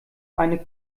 eine